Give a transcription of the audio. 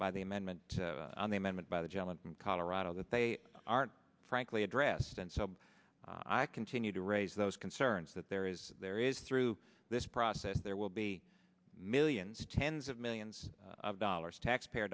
by the amendment on the amendment by the gentleman from colorado that they aren't frankly addressed and so i continue to raise those concerns that there is there is through this process there will be millions tens of millions of dollars taxpayer